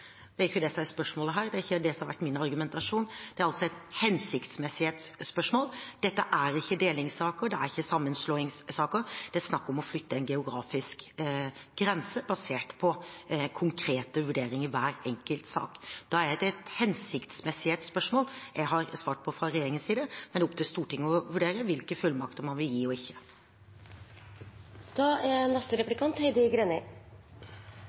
Det er jo ikke det som er spørsmålet her, det er ikke det som har vært min argumentasjon. Det er altså et hensiktsmessighetsspørsmål. Dette er ikke delingssaker, det er ikke sammenslåingssaker. Det er snakk om å flytte en geografisk grense basert på konkrete vurderinger i hver enkelt sak. Da er det et hensiktsmessighetsspørsmål jeg har svart på fra regjeringens side. Men det er opp til Stortinget å vurdere hvilke fullmakter man vil gi og